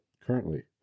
currently